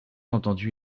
entendu